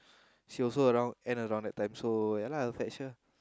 she also around end around that time so ya lah I'll fetch her